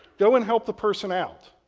go and help the person out,